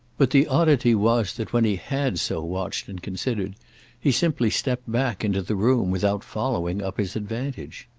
but the oddity was that when he had so watched and considered he simply stepped back into the room without following up his advantage.